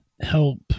help